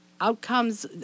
outcomes